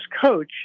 coach